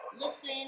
listen